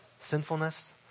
sinfulness